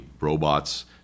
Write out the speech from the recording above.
Robots